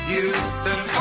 Houston